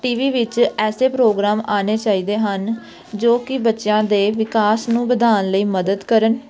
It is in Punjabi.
ਟੀ ਵੀ ਵਿੱਚ ਐਸੇ ਪ੍ਰੋਗਰਾਮ ਆਉਣੇ ਚਾਹੀਦੇ ਹਨ ਜੋ ਕਿ ਬੱਚਿਆਂ ਦੇ ਵਿਕਾਸ ਨੂੰ ਵਧਾਉਣ ਲਈ ਮਦਦ ਕਰਨ